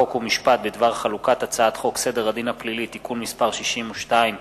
חוק ומשפט בדבר חלוקת הצעת חוק סדר הדין הפלילי (תיקון מס' 62),